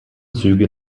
züge